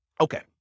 okay